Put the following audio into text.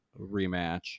rematch